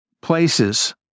places